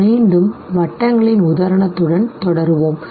மீண்டும் வட்டங்களின் உதாரணத்துடன் தொடருவோம் சரி